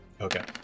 okay